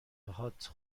هات